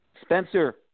Spencer